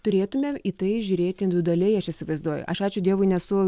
turėtumėm į tai žiūrėti individualiai aš įsivaizduoju aš ačiū dievui nesu